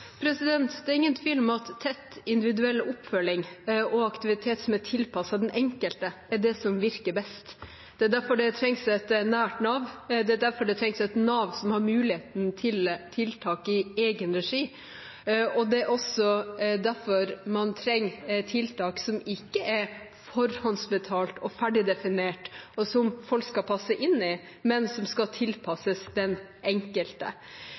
Det er ingen tvil om at tett individuell oppfølging og aktivitet som er tilpasset den enkelte, er det som virker best. Det er derfor det trengs et nært Nav, det er derfor det trengs et Nav som har muligheten til tiltak i egen regi, og det er også derfor man trenger tiltak som ikke er forhåndsbetalt og ferdigdefinert, og som folk skal passe inn i, men som skal tilpasses den enkelte.